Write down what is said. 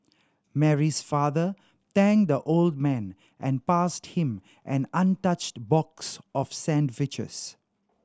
Mary's father thanked the old man and passed him an untouched box of sandwiches